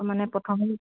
ত' মানে প্ৰথম